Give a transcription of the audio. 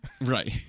Right